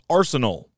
arsenal